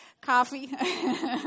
coffee